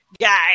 guy